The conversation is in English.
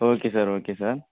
okay sir okay sir